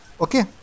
okay